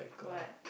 what